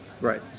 right